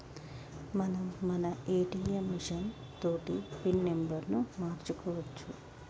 మనం మన ATM machine తోటి పిన్ నెంబర్ను మార్చుకోవచ్చు